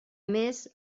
més